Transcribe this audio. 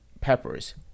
peppers